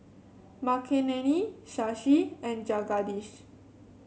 Makineni Shashi and Jagadish